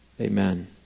Amen